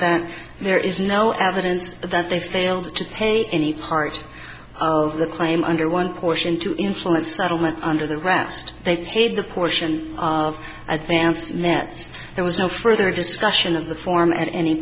that there is no evidence that they failed to pay any part of the crime under one portion to influence settlement under the rast they paid the portion of advanced math there was no further discussion of the form at any